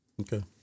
Okay